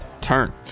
turn